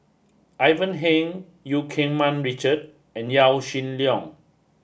Ivan Heng Eu Keng Mun Richard and Yaw Shin Leong